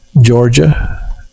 Georgia